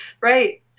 right